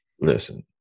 Listen